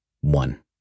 One